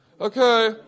okay